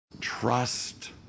trust